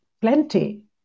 plenty